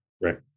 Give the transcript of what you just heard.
right